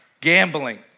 gambling